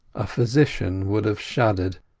a physician would have shuddered,